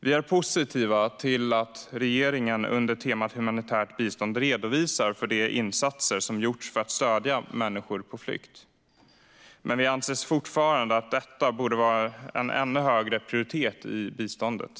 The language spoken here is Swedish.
Vi är positiva till att regeringen under temat humanitärt bistånd redogör för de insatser som har gjorts för att stödja människor på flykt, men vi anser fortfarande att detta borde ha en ännu högre prioritet i biståndet.